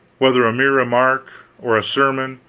whether a mere remark, or a sermon,